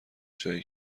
جایی